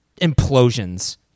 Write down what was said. implosions